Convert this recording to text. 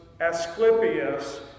Asclepius